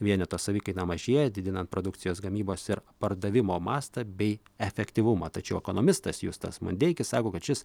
vieneto savikaina mažėja didinant produkcijos gamybos ir pardavimo mastą bei efektyvumą tačiau ekonomistas justas mandeikis sako kad šis